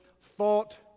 thought